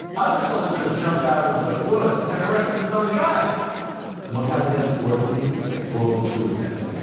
other soldiers jumped out of the woods and arrested those guys mossadegh's forces had foiled the coup attempt.